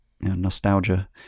nostalgia